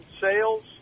sales